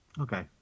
Okay